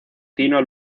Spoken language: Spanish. tino